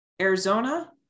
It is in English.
Arizona